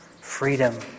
freedom